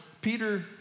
Peter